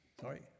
Sorry